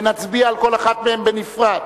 ונצביע על כל אחת מהן בנפרד.